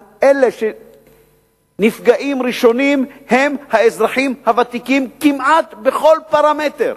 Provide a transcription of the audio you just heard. אלה שנפגעים ראשונים הם האזרחים הוותיקים כמעט בכל פרמטר.